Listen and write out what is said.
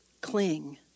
cling